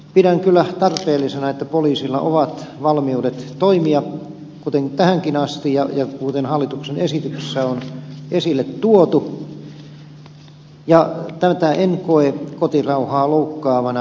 pidän kyllä tarpeellisena että poliisilla on valmiudet toimia kuten tähänkin asti ja kuten hallituksen esityksessä on esille tuotu ja tätä en koe kotirauhaa loukkaavana